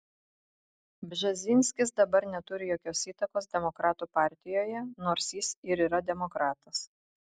bžezinskis dabar neturi jokios įtakos demokratų partijoje nors jis ir yra demokratas